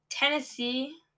Tennessee